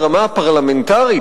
ברמה הפרלמנטרית,